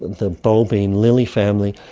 the bulbine lily family,